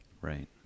Right